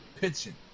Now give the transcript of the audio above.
pitching